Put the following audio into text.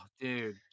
dude